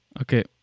Okay